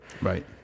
Right